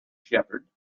shepherd